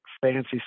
fancy